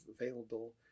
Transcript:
available